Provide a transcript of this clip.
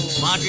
la